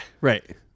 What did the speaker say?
right